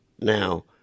now